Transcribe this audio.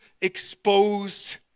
exposed